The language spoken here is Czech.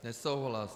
Nesouhlas.